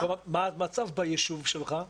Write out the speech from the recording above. מה המצב ביישוב שלך?